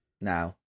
now